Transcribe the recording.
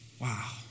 Wow